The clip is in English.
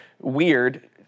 weird